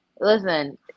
listen